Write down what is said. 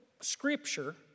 Scripture